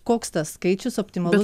koks tas skaičius optimalus